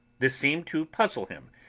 this seemed to puzzle him,